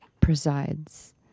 presides